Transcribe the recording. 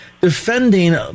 defending